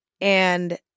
and-